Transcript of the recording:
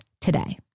today